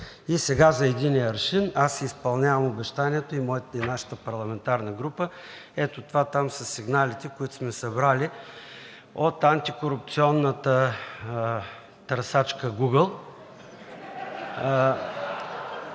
И сега за единия аршин аз си изпълнявам обещанието и нашата парламентарна група – ето това там са сигналите, които сме събрали от антикорупционната търсачка „Гугъл“